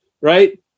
right